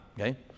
okay